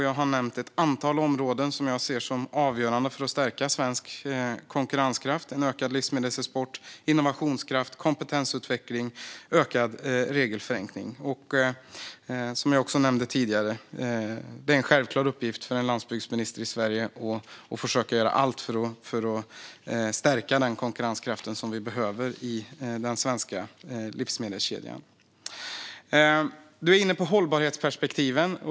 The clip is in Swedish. Jag har nämnt ett antal områden som jag ser som avgörande för att stärka svensk konkurrenskraft: en ökad livsmedelsexport, innovationskraft, kompetensutveckling och ökad regelförenkling. Som jag nämnde tidigare är det en självklar uppgift för en landsbygdsminister i Sverige att försöka göra allt för att stärka den konkurrenskraft som vi behöver i den svenska livsmedelskedjan. Ledamoten var inne på hållbarhetsperspektiven.